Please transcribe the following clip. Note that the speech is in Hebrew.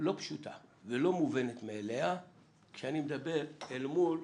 לא פשוטה ולא מובנת מאליה כשאני מדבר אל מול